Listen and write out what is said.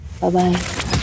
Bye-bye